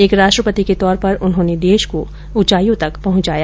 एक राष्ट्रपति के तौर पर उन्होंने देश को ऊंचाईयों तक पहुंचाया